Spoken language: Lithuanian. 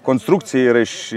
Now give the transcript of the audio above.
konstrukcija yra iš